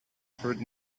heard